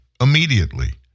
immediately